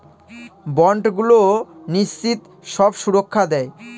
বন্ডগুলো নিশ্চিত সব সুরক্ষা দেয়